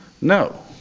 No